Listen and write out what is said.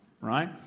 right